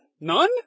None